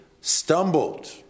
stumbled